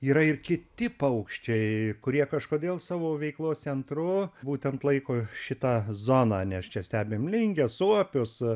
yra ir kiti paukščiai kurie kažkodėl savo veiklos centru būtent laiko šitą zoną nes čia stebim linges suopius